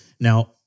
Now